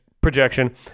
projection